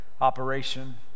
operation